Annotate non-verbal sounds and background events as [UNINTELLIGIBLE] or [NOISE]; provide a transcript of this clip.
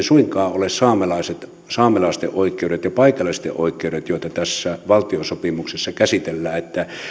[UNINTELLIGIBLE] suinkaan ole saamelaisten oikeudet ja paikallisten oikeudet joita tässä valtiosopimuksessa käsitellään vaan